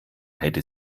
hätte